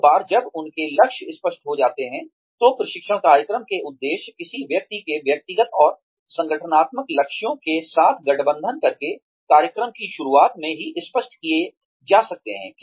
एक बार जब उनके लक्ष्य स्पष्ट हो जाते हैं तो प्रशिक्षण कार्यक्रम के उद्देश्य किसी व्यक्ति के व्यक्तिगत और संगठनात्मक लक्ष्यों के साथ गठबंधन करके कार्यक्रम की शुरुआत में ही स्पष्ट किए जा सकते हैं